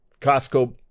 Costco